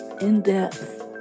in-depth